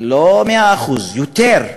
לא 100%, יותר.